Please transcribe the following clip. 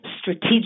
strategic